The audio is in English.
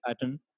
pattern